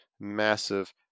massive